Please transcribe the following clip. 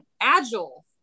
agile